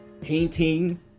painting